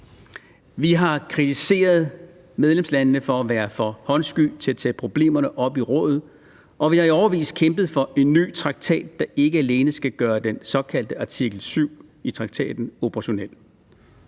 Vi har kritiseret medlemslandene for at være for håndsky i forhold til at tage problemerne op i rådet, og vi har i årevis kæmpet for en ny traktat, der skal gøre den såkaldte artikel 7 i traktaten operationel.